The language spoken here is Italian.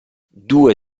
due